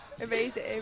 Amazing